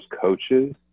coaches